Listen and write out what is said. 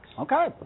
Okay